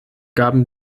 gaben